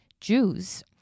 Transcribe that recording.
Jews